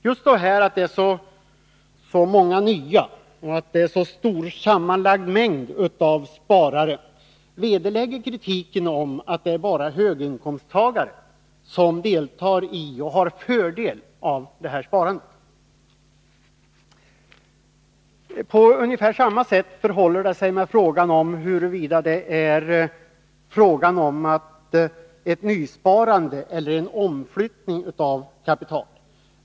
Just att det är så många nya och att det är så stor sammanlagd mängd av sparare vederlägger kritiken att det är bara höginkomsttagare som deltar i och har fördel av det här sparandet. På ungefär samma sätt förhåller det sig med frågan huruvida det verkligen sker ett nysparande eller bara en omflyttning av kapital.